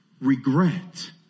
regret